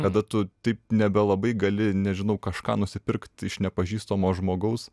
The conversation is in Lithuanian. kada tu taip nebelabai gali nežinau kažką nusipirkt iš nepažįstamo žmogaus